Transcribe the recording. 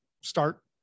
start